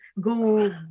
go